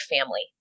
family